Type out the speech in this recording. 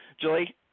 Julie